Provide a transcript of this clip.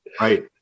Right